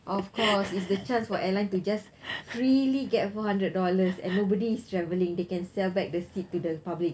of course it's the chance for airlines to just freely get four hundred dollars and nobody is travelling they can sell back the seat to the public